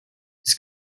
his